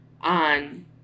On